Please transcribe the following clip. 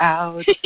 out